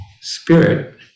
spirit